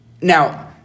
Now